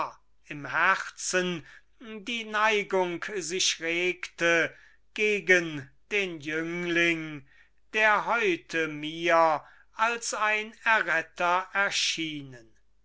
im herzen die neigung sich regte gegen den jüngling der heute mir als ein erretter erschienen